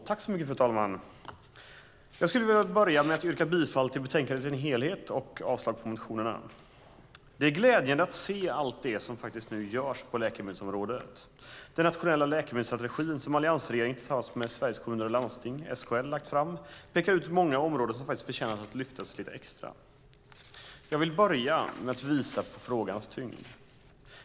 Fru talman! Jag skulle vilja börja med att yrka bifall till förslaget i dess helhet och avslag på motionerna. Det är glädjande att se allt det som faktiskt nu görs på läkemedelsområdet. Den nationella läkemedelsstrategin som alliansregeringen tillsammans med Sveriges Kommuner och Landsting, SKL, har lagt fram pekar ut många områden som förtjänar att lyftas fram lite extra. Jag vill börja med att visa på frågans tyngd.